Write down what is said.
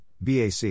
BAC